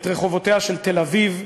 את רחובותיה של תל-אביב,